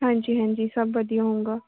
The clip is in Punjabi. ਹਾਂਜੀ ਹਾਂਜੀ ਸਭ ਵਧੀਆ ਹੋਊਗਾ